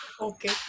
Okay